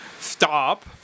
stop